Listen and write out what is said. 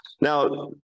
Now